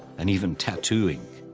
and even tattoo ink.